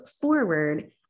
forward